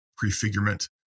Prefigurement